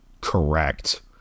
correct